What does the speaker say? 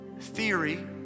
theory